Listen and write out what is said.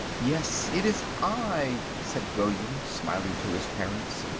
yes, it is i, said william, smiling to his parents,